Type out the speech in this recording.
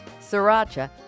Sriracha